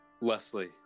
Leslie